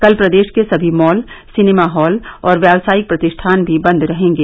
कल प्रदेश के सभी मॉल सिनेमा हॉल और व्यावसायिक प्रतिष्ठान भी बन्द रहेंगे